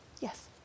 Yes